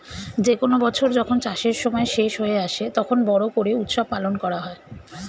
যে কোনো বছর যখন চাষের সময় শেষ হয়ে আসে, তখন বড়ো করে উৎসব পালন করা হয়